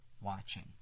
watching